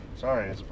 Sorry